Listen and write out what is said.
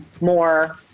more